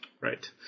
Right